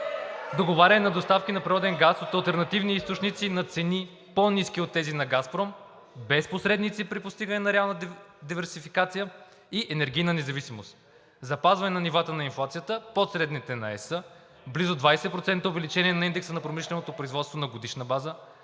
Договаряне на доставки на природен газ от алтернативни източници на цени, по ниски от тези на „Газпром“, без посредници, при постигане на реална диверсификация и енергийна независимост; запазване на нивата на инфлацията под средните на Европейския съюз; близо 20% увеличение на индекса на промишленото производство на годишна база;